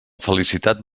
felicitat